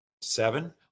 seven